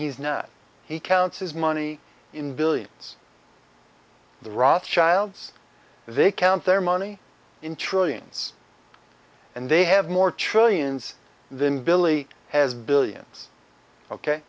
he's now he counts his money in billions the rothschilds they count their money in trillions and they have more trillions than billy has billions ok